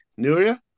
Nuria